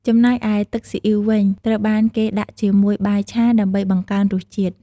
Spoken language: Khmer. ចំណែកឯទឹកស៊ីអ៊ីវវិញ ត្រូវបានគេដាក់ជាមួយបាយឆាដើម្បីបង្កើនរសជាតិ។